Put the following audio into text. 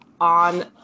on